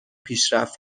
پیشرفت